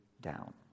down